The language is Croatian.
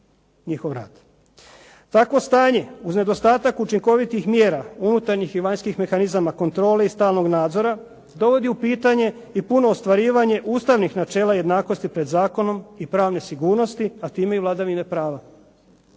njihov rad. Takvo stanje uz nedostatak učinkovitih mjera unutarnjih i vanjskih mehanizama kontrole i stalnog nadzora dovodi u pitanje i puno ostvarivanje ustavnih načela jednakosti pred zakonom i pravne sigurnosti, a time i vladavine prava.